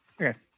Okay